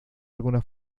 alguna